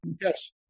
Yes